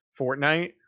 Fortnite